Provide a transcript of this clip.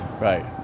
right